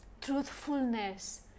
truthfulness